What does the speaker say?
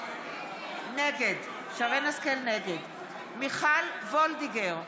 נגד מיכל וולדיגר,